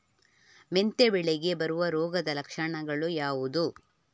ಮೆಂತೆ ಬೆಳೆಗೆ ಬರುವ ರೋಗದ ಲಕ್ಷಣಗಳು ಯಾವುದು?